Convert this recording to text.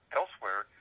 elsewhere